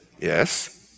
yes